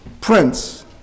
prince